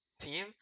team